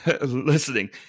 listening